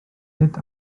nid